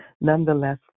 nonetheless